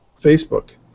Facebook